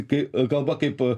kai kalba kaip